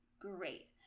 Great